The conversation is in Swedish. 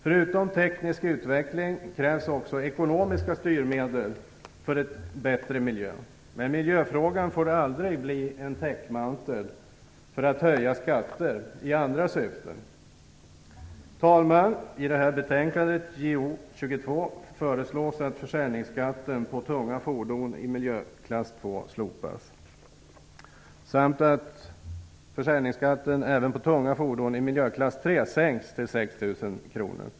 Förutom teknisk utveckling krävs det också ekonomiska styrmedel för att man skall uppnå en bättre miljö. Men miljöfrågan får aldrig bli en täckmantel för höjning av skatter i andra syften. Fru talman! I det här betänkandet JoU22 förslås att försäljningsskatten på tunga fordon i miljöklass 2 slopas samt att försäljningsskatten på tunga fordon i miljöklass 3 sänks till 6 000 kr.